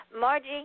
Margie